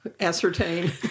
ascertain